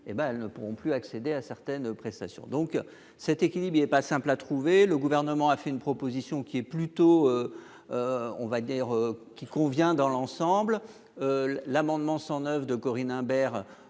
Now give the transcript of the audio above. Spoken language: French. elles ne pourront plus accéder à certaines prestations, donc cet équilibre il n'est pas simple à trouver, le gouvernement a fait une proposition qui est plutôt, on va dire qu'il convient dans l'ensemble, l'amendement 109 de Corinne Imbert